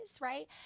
right